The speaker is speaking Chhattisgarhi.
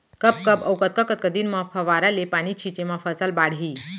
कब कब अऊ कतका कतका दिन म फव्वारा ले पानी छिंचे म फसल बाड़ही?